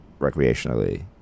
recreationally